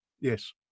Yes